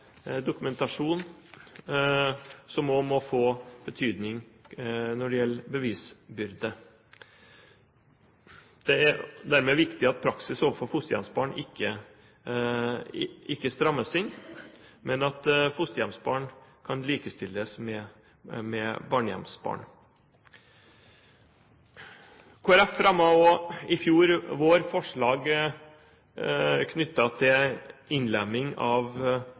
dokumentasjon som også må få betydning når det gjelder bevisbyrde. Det er dermed viktig at praksis overfor fosterhjemsbarn ikke strammes inn, men at fosterhjemsbarn kan likestilles med barnehjemsbarn. Kristelig Folkeparti fremmet også i fjor vår forslag knyttet til innlemming av